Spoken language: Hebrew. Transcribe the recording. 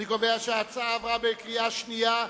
אני קובע שההצעה עברה בקריאה שנייה.